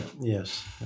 Yes